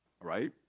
Right